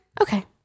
okay